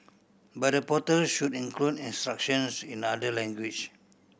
but the portal should include instructions in other language